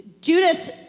Judas